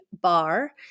bar